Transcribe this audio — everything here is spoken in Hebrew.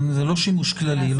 זה לא שימוש כללי.